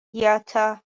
یاتا